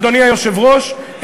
אדוני היושב-ראש,